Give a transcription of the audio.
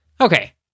Okay